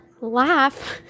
laugh